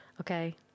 Okay